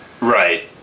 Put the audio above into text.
Right